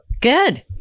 Good